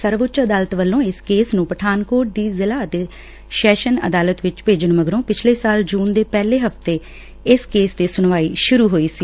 ਸਰਵਊੱਚ ਅਦਾਲਤ ਵੱਲੋਂ ਇਸ ਕੇਸ ਨੂੰ ਪਠਾਨਕੋਟ ਦੀ ਜ਼ਿਲ੍ਹਾ ਅਤੇ ਸੈਸ਼ਨ ਅਦਾਲਤ ਵਿਚ ਭੇਜਣ ਮਗਰੋਂ ਪਿਛਲੇ ਸਾਲ ਜੂਨ ਦੇ ਪਹਿਲੇ ਹਫ਼ਤੇ ਇਸ ਕੇਸ ਤੇ ਸੁਣਵਾਈ ਸੁਰੂ ਹੋਈ ਸੀ